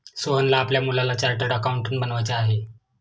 सोहनला आपल्या मुलाला चार्टर्ड अकाउंटंट बनवायचे आहे